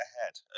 ahead